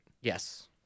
Yes